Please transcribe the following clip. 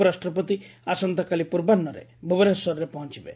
ଉପରାଷ୍ଟ୍ରପତି ଆସନ୍ତାକାଲି ପୂର୍ବାହ୍ରରେ ଭୁବନେଶ୍ୱରରେ ପହଞ୍ ବେ